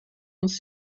uns